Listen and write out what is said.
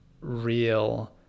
real